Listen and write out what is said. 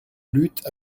lutte